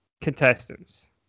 contestants